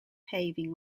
paving